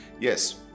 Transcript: Yes